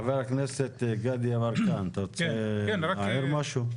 חבר הכנסת גדי יברקן, אתה רוצה להעיר משהו?